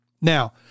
now